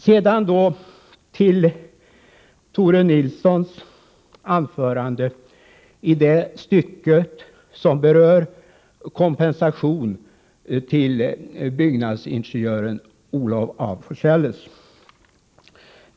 Sedan till Tore Nilssons anförande i det stycke som berör kompensation till byggnadsingenjören Olof af Forselles.